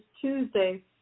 Tuesday